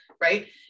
Right